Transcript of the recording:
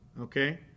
Okay